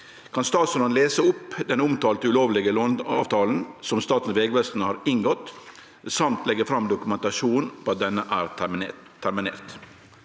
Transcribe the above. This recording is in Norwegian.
Kan statsråden lese opp den omtalte ulovlege låneavtalen som Statens vegvesen har inngått, samt legge fram dokumentasjon på at denne er terminert?»